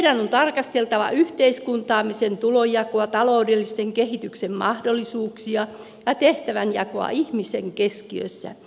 meidän on tarkasteltava yhteiskuntaamme sen tulonjakoa taloudellisen kehityksen mahdollisuuksia ja tehtävänjakoa ihmisen keskiössä